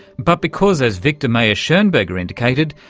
but because, as victor mayer-schonberger indicated,